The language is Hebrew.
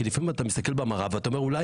כי לפעמים אתה מסתכל במראה ואומר: אולי